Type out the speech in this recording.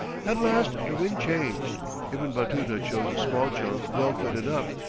at last the wind changed ibn batuta chose a small junk well fitted up,